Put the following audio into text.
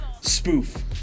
spoof